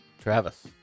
Travis